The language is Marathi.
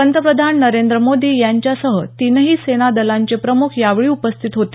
पंतप्रधान नरेंद्र मोदी यांच्यासह तीनही सेना दलांचे प्रमुख यावेळी उपस्थित होते